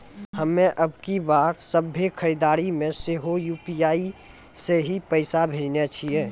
हम्मे अबकी बार सभ्भे खरीदारी मे सेहो यू.पी.आई से ही पैसा भेजने छियै